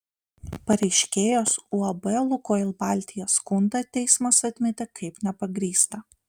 pareiškėjos uab lukoil baltija skundą teismas atmetė kaip nepagrįstą